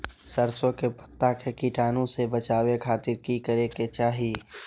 सरसों के पत्ता के कीटाणु से बचावे खातिर की करे के चाही?